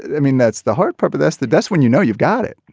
i mean that's the hard part but that's the best when you know you've got it.